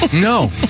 No